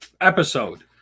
episode